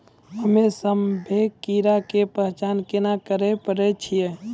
हम्मे सभ्भे कीड़ा के पहचान केना करे पाड़ै छियै?